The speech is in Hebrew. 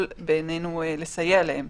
יכול בעינינו לסייע להם.